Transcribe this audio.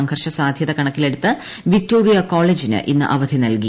സംഘർഷ സാധ്യത കണക്കിലെടുത്ത് വിക്ടോറിയ കോളേജിന് ഇന്ന് അവധി നൽകി